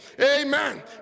Amen